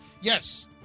Yes